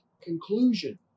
conclusion